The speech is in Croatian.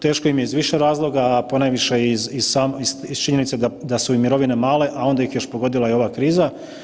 Teško im je iz više razloga, a ponajviše iz činjenice da su im mirovine male, a onda ih je još pogodila i ova kriza.